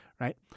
Right